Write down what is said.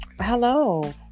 Hello